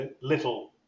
little